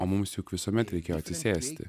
o mums juk visuomet reikėjo atsisėsti